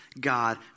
God